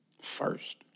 First